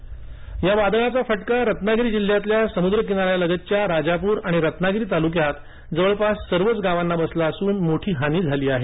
रत्नागिरी वादळ या वादळाचा फटका रत्नागिरी जिल्ह्यातल्या समुद्रकिनाऱ्यालगतच्या राजापूर आणि रत्नागिरी तालुक्यातील जवळपास सर्वच गावांना बसला असून मोठी हानी झाली आहे